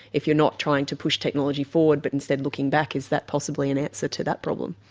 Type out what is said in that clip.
if you're not trying to push technology forward but instead looking back? is that possibly an answer to that problem?